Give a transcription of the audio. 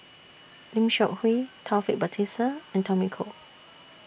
Lim Seok Hui Taufik Batisah and Tommy Koh